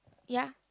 ya